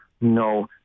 no